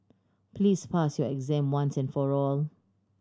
please pass your exam once and for all